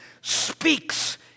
speaks